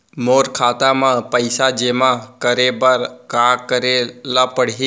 मोर खाता म पइसा जेमा करे बर का करे ल पड़ही?